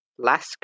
Lask